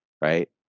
right